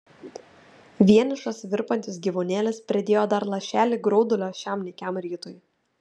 vienišas virpantis gyvūnėlis pridėjo dar lašelį graudulio šiam nykiam rytui